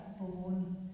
born